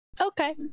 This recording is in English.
Okay